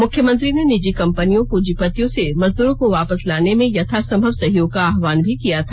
मुख्यमंत्री ने निजी कंपनियों प्रंजीपतियों से मजदूरों को वापस लाने मे यथासंभव सहयोग का आह्वाहन भी किया था